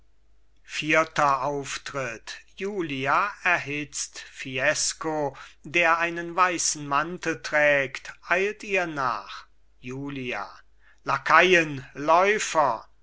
vierter auftritt julia erhitzt fiesco der einen weißen mantel trägt eilt ihr nach julia lakaien läufer